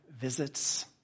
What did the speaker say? visits